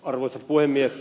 arvoisa puhemies